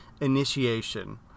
initiation